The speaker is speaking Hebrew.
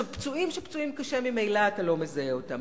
פצועים שפצועים קשה, ממילא אתה לא מזהה אותם.